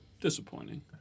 disappointing